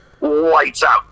lights-out